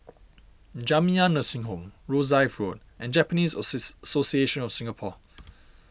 Jamiyah Nursing Home Rosyth Road and Japanese Association of Singapore